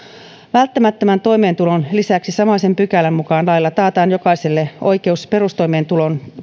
välttämättömän toimeentulon lisäksi samaisen pykälän mukaan lailla taataan jokaiselle oikeus perustoimeentulon